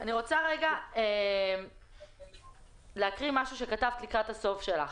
אני רוצה להקריא משהו שכתבת לקראת סוף הדוח שלך: